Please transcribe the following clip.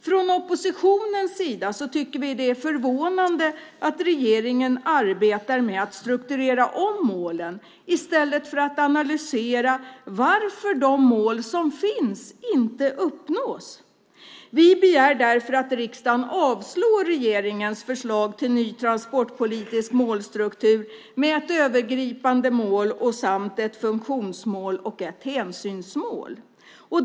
Från oppositionen tycker vi att det är förvånande att regeringen arbetar med att strukturera om målen i stället för att analysera varför de mål som finns inte uppnås. Vi begär därför att riksdagen avslår regeringens förslag till ny transportpolitisk målstruktur med ett övergripande mål samt ett funktionsmål och ett hänsynsmål.